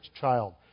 child